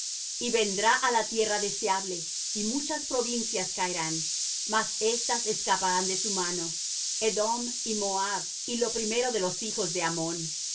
y vendrá á la tierra deseable y muchas provincias caerán mas éstas escaparán de su mano edom y moab y lo primero de los hijos de ammón